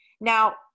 now